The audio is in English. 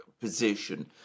position